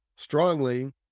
strongly